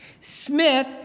Smith